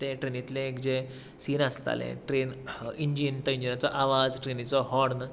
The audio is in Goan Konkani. तें ट्रेनिंतलें एक जें सीन आसताले ट्रेन इंजीन त्या इंजिनाचो आवाज ट्रेनीचो हाॅर्न